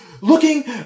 looking